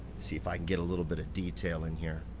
see if i can get a little bit of detail in here.